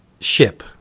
ship